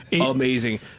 Amazing